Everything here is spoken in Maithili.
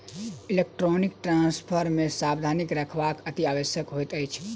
इलेक्ट्रौनीक ट्रांस्फर मे सावधानी राखब अतिआवश्यक होइत अछि